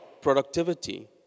productivity